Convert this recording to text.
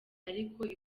ariko